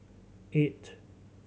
eight